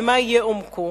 ומה יהיה עומקו,